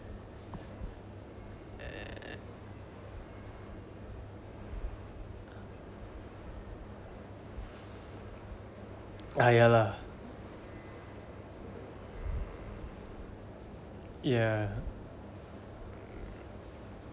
ah ah ya lah ya